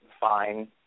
fine